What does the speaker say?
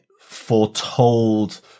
foretold